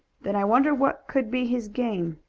then i wonder what could be his game.